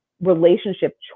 relationship